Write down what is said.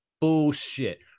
bullshit